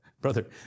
brother